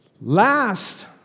Last